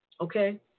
okay